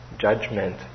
judgment